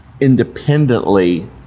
independently